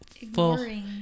ignoring